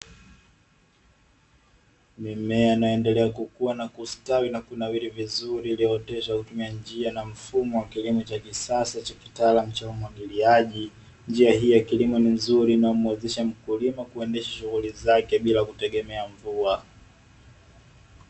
Mimea inayoendelea kukua na kustawi na kunawiri vizuri iliyooteshwa kwa kutumia njia na mfumo wa kilimo cha kisasa cha kitaalamu cha umwagiliaji, njia hii ya kilimo ni nzuri na inayomwezesha mkulima kuendesha shughuli zake bila kutegemea mvua.